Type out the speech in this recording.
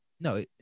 No